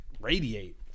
radiate